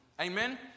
Amen